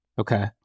okay